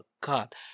god